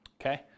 Okay